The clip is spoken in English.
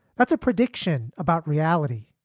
that's a prediction about reality.